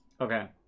okay